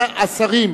השרים,